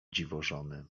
dziwożony